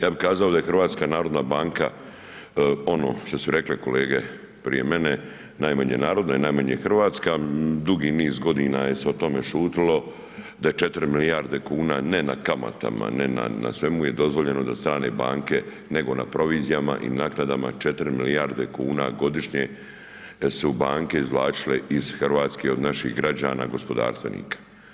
Ja bi kazao da je HNB ono što su rekle kolege prije mene, najmanje narodna i najmanje hrvatska, dugi niz godina je se o tome šutilo, da je 4 milijarde kuna, ne na kamatama, ne na, na svemu je dozvoljeno da strane banke, nego na provizijama i naknadama 4 milijarde kuna godišnje su banke izvlačile iz RH, od naših građana gospodarstvenika.